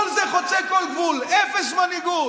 כל זה חוצה כל גבול, אפס מנהיגות.